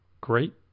great